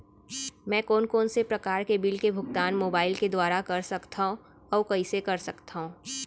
मैं कोन कोन से प्रकार के बिल के भुगतान मोबाईल के दुवारा कर सकथव अऊ कइसे कर सकथव?